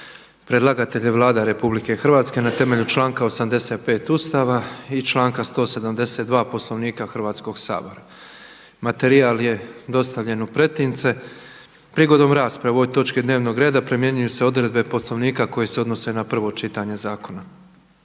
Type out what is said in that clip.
Predlagatelj je Vlada RH na temelju članka 85. Ustava i članka 172. Poslovnika Hrvatskog sabora. Materijal je dostavljen u pretince. Prigodom rasprave o ovoj točki dnevnog reda primjenjuju se odredbe Poslovnika koje se odnose na prvo čitanje zakona.